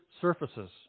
surfaces